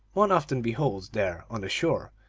one often beholds there, on the shore,